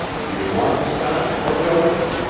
do you want to sign or don't you?